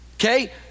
Okay